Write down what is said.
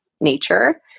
nature